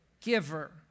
giver